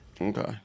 Okay